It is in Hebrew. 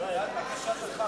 נגד?